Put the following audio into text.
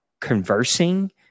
conversing